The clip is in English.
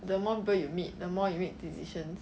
the more people you meet the more you make decisions